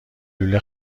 لوله